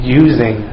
using